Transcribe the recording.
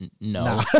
No